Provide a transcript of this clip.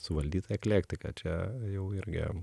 suvaldyta eklektika čia jau irgi